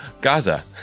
Gaza